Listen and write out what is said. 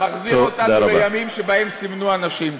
מחזיר אותנו לימים שבהם סימנו אנשים.